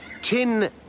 Tin